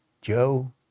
Joe